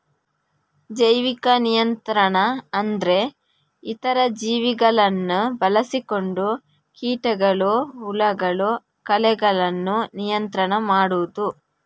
ಜೈವಿಕ ನಿಯಂತ್ರಣ ಅಂದ್ರೆ ಇತರ ಜೀವಿಗಳನ್ನ ಬಳಸಿಕೊಂಡು ಕೀಟಗಳು, ಹುಳಗಳು, ಕಳೆಗಳನ್ನ ನಿಯಂತ್ರಣ ಮಾಡುದು